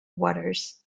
waters